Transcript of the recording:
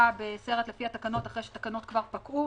בסרט לפי התקנות אחרי שהתקנות כבר פקעו.